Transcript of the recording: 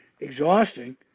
Exhausting